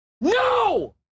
no